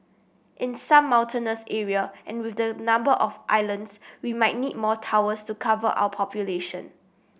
in some mountainous area and with the number of islands we might need more towers to cover our population